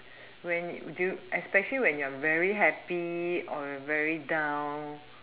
when would do you especially when you're very happy or very down